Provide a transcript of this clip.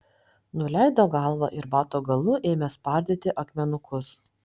nuleido galvą ir bato galu ėmė spardyti akmenukus